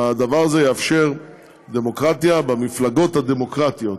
הדבר הזה יאפשר דמוקרטיה במפלגות הדמוקרטיות,